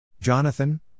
Jonathan